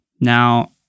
Now